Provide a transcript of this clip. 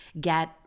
Get